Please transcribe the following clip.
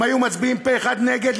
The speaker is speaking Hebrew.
הם היו מצביעים פה-אחד נגד,